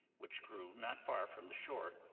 which grew not far from the shore,